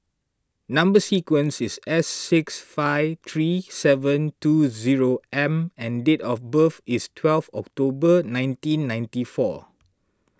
Number Sequence is S six five three seven two zero four M and date of birth is twelve October nineteen ninety four